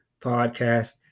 podcast